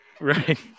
Right